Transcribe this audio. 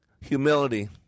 humility